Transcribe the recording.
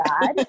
God